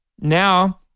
now